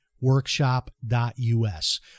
workshop.us